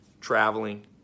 Traveling